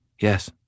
Yes